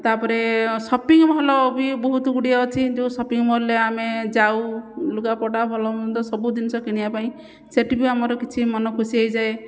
ତାପରେ shopping mall ବି ବହୁତ ଗୁଡ଼ିଏ ଅଛି ଯେଉଁ ସପିଙ୍ଗ ମଲ୍ରେ ଆମେ ଯାଉ ଲୁଗାପଟା ଭଲମନ୍ଦ ସବୁ ଜିନିଷ କିଣିବା ପାଇଁ ସେଇଠି ବି ଆମର କିଛି ମନ ଖୁସି ହୋଇଯାଏ